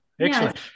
Excellent